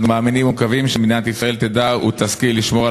אנו מאמינים ומקווים שמדינת ישראל תדע ותשכיל לשמור על